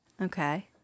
Okay